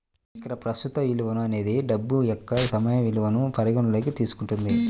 నికర ప్రస్తుత విలువ అనేది డబ్బు యొక్క సమయ విలువను పరిగణనలోకి తీసుకుంటుంది